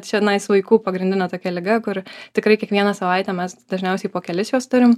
čionais vaikų pagrindinė tokia liga kuri tikrai kiekvieną savaitę mes dažniausiai po kelis juos turim